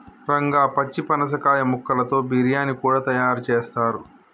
రంగా పచ్చి పనసకాయ ముక్కలతో బిర్యానీ కూడా తయారు చేస్తారు